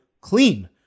clean